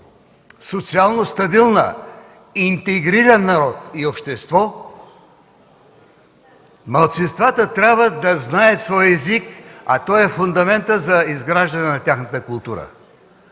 социално стабилна – интегриран народ, общество, малцинствата трябва да знаят своя език, а той е фундаментът за изграждане на тяхната култура.